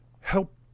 help